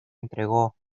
entregó